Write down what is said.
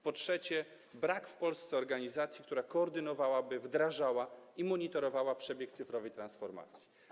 Po trzecie, brak w Polsce organizacji, która by koordynowała, wdrażała i monitorowała przebieg cyfrowej transformacji.